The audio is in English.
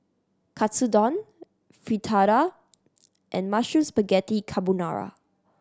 Katsudon Fritada and Mushroom Spaghetti Carbonara